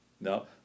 No